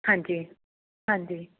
ਹਾਂਜੀ ਹਾਂਜੀ